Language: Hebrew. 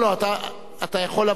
אתה יכול, אהה.